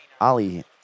Ali